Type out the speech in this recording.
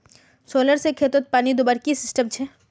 Solar से खेतोत पानी दुबार की सिस्टम छे?